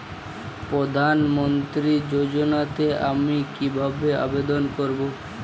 প্রধান মন্ত্রী যোজনাতে আমি কিভাবে আবেদন করবো?